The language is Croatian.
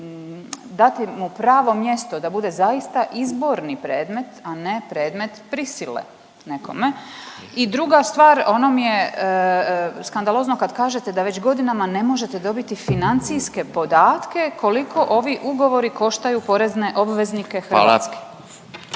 dati mu pravo mjesto, da bude zaista izborni predmet, a ne predmet prisile nekome. I druga stvar, ono mi je skandalozno kad kažete da već godinama ne možete dobiti financijske podatke koliko ovi ugovori koštaju porezne obveznike Hrvatske.